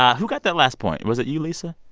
who got that last point? was it you, lissa?